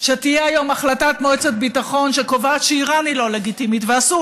שתהיה היום החלטת מועצת ביטחון שקובעת שאיראן היא לא לגיטימית ואסור